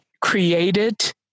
created